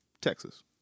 Texas